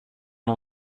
hon